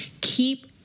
Keep